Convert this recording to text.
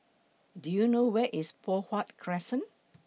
Do YOU know Where IS Poh Huat Crescent